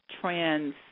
trends